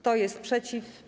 Kto jest przeciw?